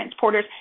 transporters